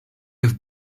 have